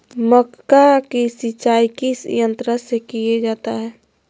मक्का की सिंचाई किस यंत्र से किया जाता है?